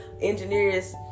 engineers